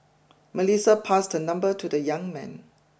Melissa passed her number to the young man